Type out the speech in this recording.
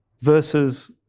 versus